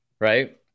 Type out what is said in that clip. Right